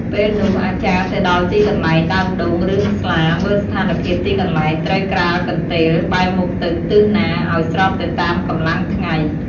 ពេលនោះអាចារ្យទៅដល់ទីកន្លែង ដើមដូង ឬស្លាមើលស្ថានភាពទីកន្លែងត្រូវក្រាលកន្ទេល បែរមុខទៅទិសណាឲ្យស្របទៅតាមកម្លាំងថ្ងៃ ។